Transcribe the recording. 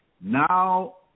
Now